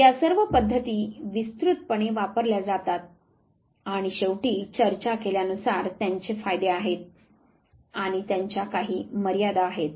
या सर्व पद्धती विस्तृतपणे वापरल्या जातात आणि शेवटी चर्चा केल्या नुसार त्यांचे फायदे आहेत आणि त्यांच्या काही मर्यादा आहेत